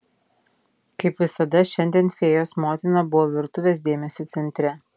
kaip visada šiandien fėjos motina buvo virtuvės dėmesio centre